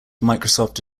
microsoft